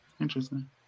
Interesting